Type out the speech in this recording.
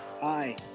Hi